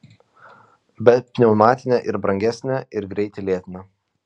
bet pneumatinė ir brangesnė ir greitį lėtina